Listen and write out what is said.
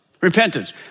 repentance